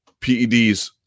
PEDs